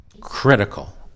Critical